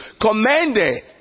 commended